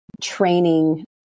training